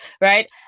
Right